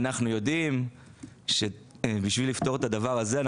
אנחנו יודעים שבשביל לפתור את הדבר הזה,